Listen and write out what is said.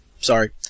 Sorry